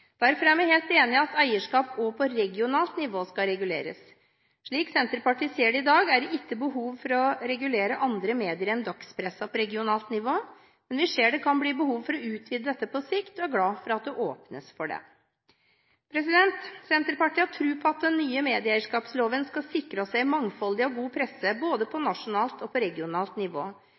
Derfor er vi helt enig i at eierskap også på regionalt nivå skal reguleres. Slik Senterpartiet ser det i dag, er det ikke behov for å regulere andre medier enn dagspresse på regionalt nivå, men vi ser det kan bli behov for å utvide dette på sikt, og er glad for at det åpnes for det. Senterpartiet har tro på at den nye medieeierskapsloven skal sikre oss en mangfoldig og god presse både på nasjonalt og regionalt nivå.